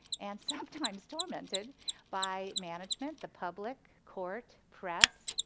and sometimes tormented by management, the public, court, press,